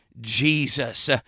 Jesus